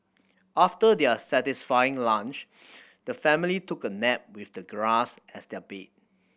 after their satisfying lunch the family took a nap with the grass as their bed